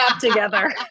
together